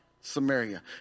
Samaria